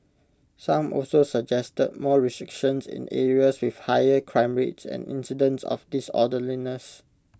some also suggested more restrictions in areas with higher crime rates and incidents of disorderliness